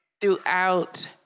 Throughout